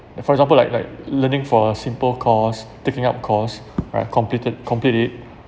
for example like like learning for a simple course taking up course right completed complete it